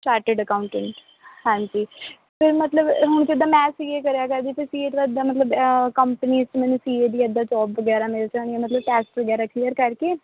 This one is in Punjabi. ਚਾਰਟਿ਼ਡ ਅਕਾਂਊਟੈਂਟ ਹਾਂਜੀ ਫਿਰ ਮਤਲਬ ਹੁਣ ਜਿੱਦਾਂ ਮੈਂ ਸੀ ਏ ਕਰਿਆ ਕਰਦੀ ਅਤੇ ਸੀ ਏ ਦੇ ਬਾਅਦ ਜਿੱਦਾਂ ਮਤਲਬ ਕੰਪਨੀ 'ਚ ਮੈਨੂੰ ਸੀ ਏ ਦੀ ਐਦਾਂ ਜੋਬ ਵਗੈਰਾ ਮਿਲ ਜਾਣੀ ਹੈ ਮਤਲਬ ਟੈਸਟ ਵਗੈਰਾ ਕਲੀਅਰ ਕਰਕੇ